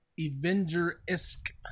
Avenger-esque